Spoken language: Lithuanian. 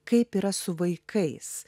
kaip yra su vaikais